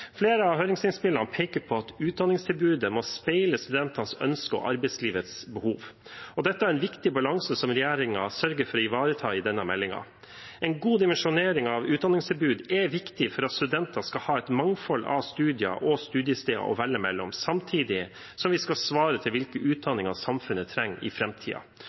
Flere av høringsinnspillene peker på at utdanningstilbudet må speile studentenes ønske og arbeidslivets behov, og dette er en viktig balanse som regjeringen sørger for å ivareta i denne meldingen. En god dimensjonering av utdanningstilbud er viktig for at studentene skal ha et mangfold av studier og studiesteder å velge mellom, samtidig som det skal svare til hvilke utdanninger samfunnet trenger i